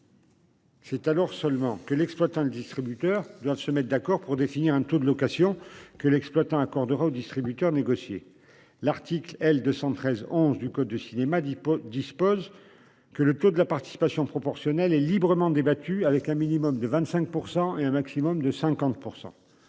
C'est alors seulement que l'exploitant distributeur bien se mettent d'accord pour définir un taux de location que l'exploitant accordera aux distributeurs négocier l'article L 213 11 du code du cinéma d'iPod dispose que le taux de la participation proportionnelle et librement débattu avec un minimum de 25% et un maximum de 50%.